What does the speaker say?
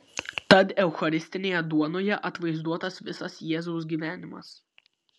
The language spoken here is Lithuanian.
tad eucharistinėje duonoje atvaizduotas visas jėzaus gyvenimas